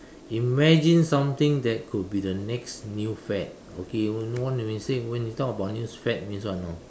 imagine something that could be the next new fad okay you know what they say when they talk about news fad means what you know